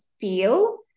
feel